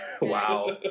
Wow